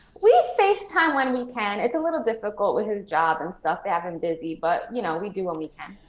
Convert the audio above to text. we facetime when we can. it's a little difficult with his job and stuff, they have him been busy, but, you know, we do when we can.